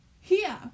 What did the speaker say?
here